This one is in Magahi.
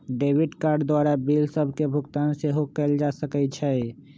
डेबिट कार्ड द्वारा बिल सभके भुगतान सेहो कएल जा सकइ छै